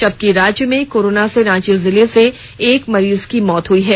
जबकि राज्य में कोरोना से रांची जिले से एक मरीज की मौत हुई है